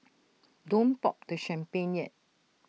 don't pop the champagne yet